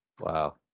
Wow